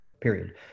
period